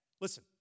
Listen